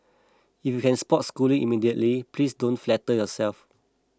if you can spot Schooling immediately please don't flatter yourself